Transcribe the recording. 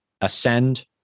ASCEND